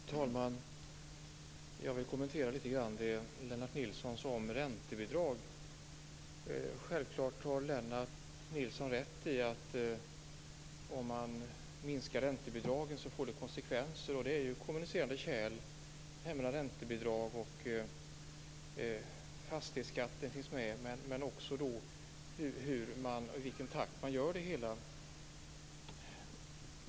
Fru talman! Jag vill kommentera det Lennart Nilsson sade om räntebidrag. Lennart Nilsson har självfallet rätt i att det får konsekvenser om man minskar räntebidragen. Det är ju kommunicerande kärl mellan räntebidragen och fastighetsskatten. Men det beror också på i vilken takt man gör det hela.